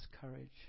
courage